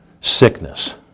Sickness